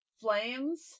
Flames